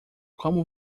como